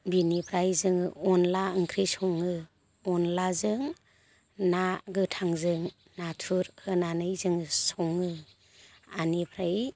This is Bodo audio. बिनिफ्राय जोङो अनद्ला ओंख्रि सङो अनद्लाजों ना गोथांजों नाथुर होनानै जोङो सङो बेनिफ्राय